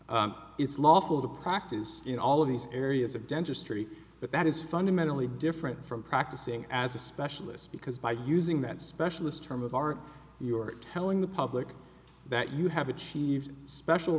lawful to practice in all of these areas of dentistry but that is fundamentally different from practicing as a specialist because by using that specialised term of art you are telling the public that you have achieved special